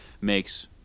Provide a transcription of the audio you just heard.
makes